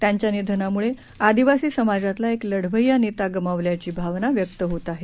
त्यांच्यानिधनामुळेआदिवासीसमाजातलाएकलढवय्यानेतागमावल्याचीभावनाव्यक्तहोतआहे